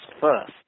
first